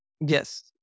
Yes